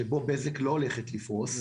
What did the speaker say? שבה בזק לא הולכת לפרוס,